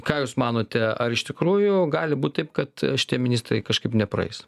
ką jūs manote ar iš tikrųjų gali būt taip kad šitie ministrai kažkaip nepraeis